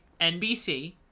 NBC